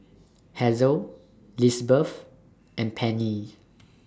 Hazle Lizbeth and Penni